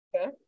Okay